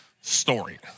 story